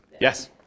Yes